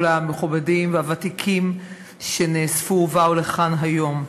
כל המכובדים והוותיקים שנאספו ובאו לכאן היום.